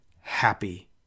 happy